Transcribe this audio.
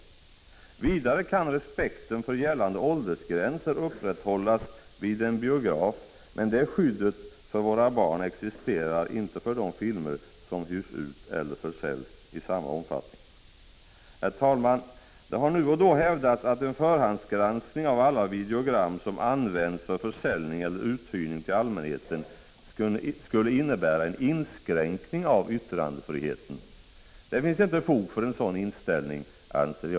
Vidare kan respekten för gällande åldersgränser upprätthållas vid en biograf, men det skyddet för våra barn existerar inte i samma omfattning för de filmer som hyrs ut eller försäljs. Herr talman! Det har nu och då hävdats att en förhandsgranskning av alla videogram som används för försäljning eller uthyrning till allmänheten skulle innebära en inskränkning av yttrandefriheten. Det finns inte fog för en sådan inställning.